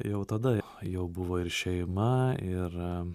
jau tada jau jau buvo ir šeima ir